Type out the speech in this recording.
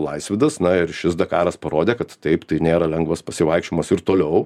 laisvidas na ir šis dakaras parodė kad taip tai nėra lengvas pasivaikščiojimas ir toliau